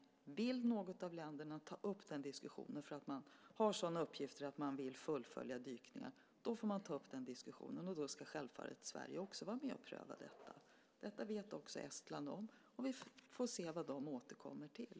Men vill något av länderna ta upp den diskussionen därför att man har sådana uppgifter att man vill fullfölja dykningar får man ta upp den diskussionen. Då ska självfallet också Sverige vara med och pröva detta. Detta vet också Estland om. Vi får se vad de återkommer till.